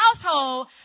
household